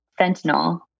fentanyl